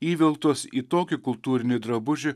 įvilktos į tokį kultūrinį drabužį